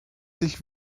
sich